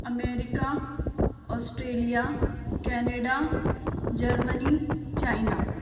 America Australia Canada Germany China